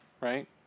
right